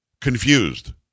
confused